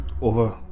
over